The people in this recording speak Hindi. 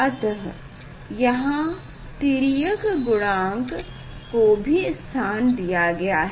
अतः यहाँ तिर्यकता गुणांक को भी स्थान दिया गया है